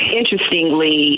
interestingly